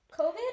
COVID